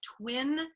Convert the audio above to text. twin